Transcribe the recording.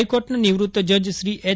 હાઇકોર્ટના નિવૂત જજ શ્રી એચ